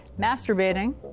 masturbating